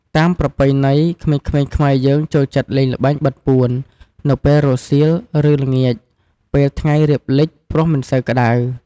តាមប្រពៃណី ក្មេងៗខ្មែរយើងចូលចិត្តលេងល្បែងបិទពួន នៅពេលរសៀល ឬ ល្ងាចពេលថ្ងៃរៀបលិចព្រោះមិនសូវក្ដៅ។